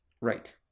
Right